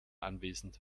anwesend